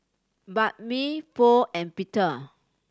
Banh Mi Pho and Pita